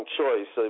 choice